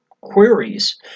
queries